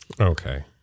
Okay